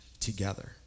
together